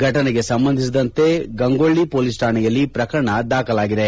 ಫಟನೆಗೆ ಸಂಬಂಧಿಸಿದಂತೆ ಗಂಗೊಳ್ಳ ಪೊಲೀಸ್ ಠಾಣೆಯಲ್ಲಿ ಪ್ರಕರಣ ದಾಖಲಿಸಲಾಗಿದೆ